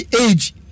age